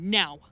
now